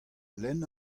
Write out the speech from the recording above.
lenn